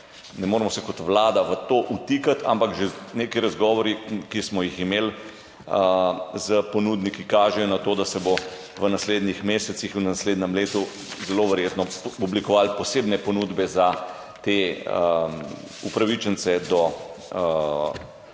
ne moremo se kot Vlada v to vtikati, ampak že neki razgovori, ki smo jih imeli s ponudniki, kažejo na to, da se bodo v naslednjih mesecih, v naslednjem letu zelo verjetno oblikovale posebne ponudbe za te upravičence do deleža